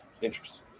Interesting